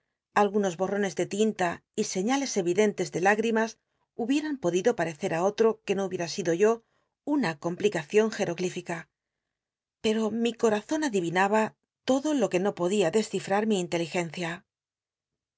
algunos borrones de tinla y señales evidentes de utgrimas hubieran podido patccm á otro que no hubiera sido yo una complicacion gcroglífica pero mi cotazon ad ivinaba lodo lo que no podía desciftat mi inteligencia